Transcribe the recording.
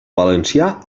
valencià